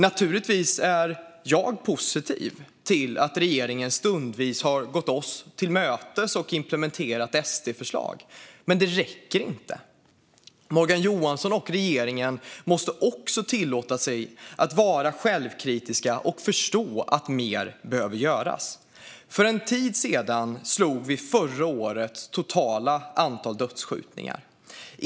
Naturligtvis är jag positiv till att regeringen stundvis har gått oss till mötes och implementerat SD-förslag, men det räcker inte. Morgan Johansson och regeringen måste också tillåta sig att vara självkritiska och förstå att mer behöver göras. För en tid sedan slog vi förra årets totala antal dödsskjutningar.